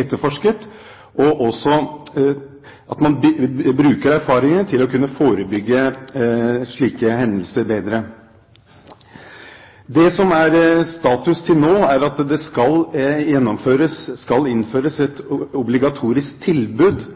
etterforsket, og at man bruker erfaringene til å kunne forebygge slike hendelser bedre. Det som er status til nå, er at det skal innføres et obligatorisk tilbud